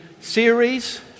series